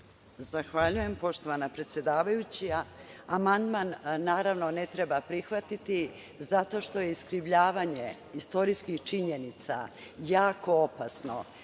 Zahvaljujem, poštovana predsedava-juća. Amandman, naravno, ne treba prihvatiti zato što je iskrivljavanje istorijskih činjenica jako opasno.